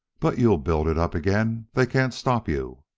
but you'll build it up again they can't stop you